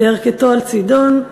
וירכתו על צידֹן",